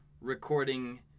recording